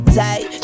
tight